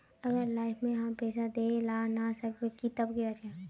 अगर लाइफ में हैम पैसा दे ला ना सकबे तब की होते?